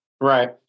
Right